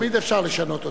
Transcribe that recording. תמיד אפשר לשנות אותו.